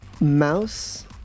mouse